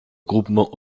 groupement